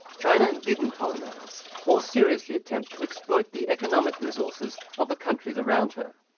china didn't colonise or seriously attempt to exploit the economic resources of the countries around her.